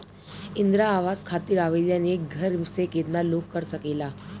इंद्रा आवास खातिर आवेदन एक घर से केतना लोग कर सकेला?